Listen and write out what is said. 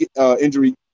injury